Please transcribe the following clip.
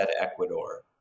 Ecuador